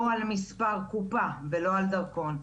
או על מספר קופה ולא על דרכון.